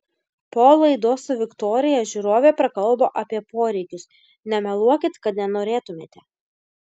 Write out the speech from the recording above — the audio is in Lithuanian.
po laidos su viktorija žiūrovė prakalbo apie poreikius nemeluokit kad nenorėtumėte